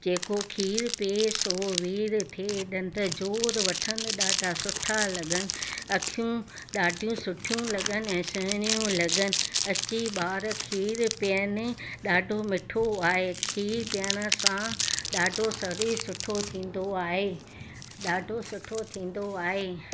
जेको खीरु पीऐ सो वीरु थिए ॾंद ज़ोरु वठनि ॾाढा सुठा लॻनि अखियूं ॾाढियूं सुठियूं लॻनि ऐं सुहिणियूं लॻनि अची ॿार खीरु पीअनि ॾाढो मिठो आहे खीरु पीअण सां ॾाढो सरीरु सुठो थींदो आहे ॾाढो सुठो थींदो आहे